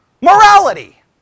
morality